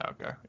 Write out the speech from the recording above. okay